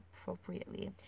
appropriately